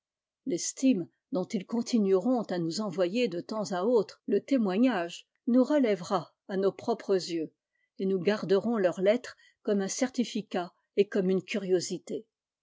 l'estime dont ils continueront à nous envoyer de temps à autre le témoignage nous relèvera à nos propres yeux et nous garderons leurs lettres comme un certificat et comme une curiosité